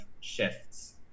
shifts